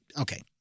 okay